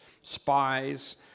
spies